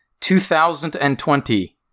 2020